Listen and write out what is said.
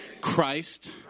Christ